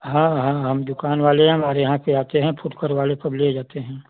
हाँ हाँ हम दुकान वाले हैं हमारे यहाँ से आते हैं फ़ुटकर वाले सब ले जाते हैं